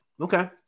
okay